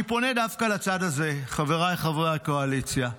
אני פונה דווקא לצד הזה, לחבריי חברי הקואליציה,